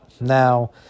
Now